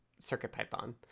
CircuitPython